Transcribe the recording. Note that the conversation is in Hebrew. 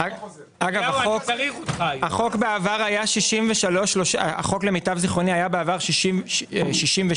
אגב החוק למיטב זיכרוני היה בעבר 66-33,